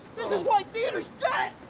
this is why theater's dead!